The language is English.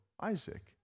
Isaac